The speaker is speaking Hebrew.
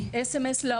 לא